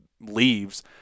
leaves